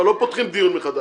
אבל לא פותחים דיון מחדש.